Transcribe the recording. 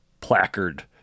placard